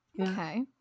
Okay